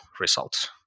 results